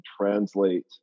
translate